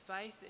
faith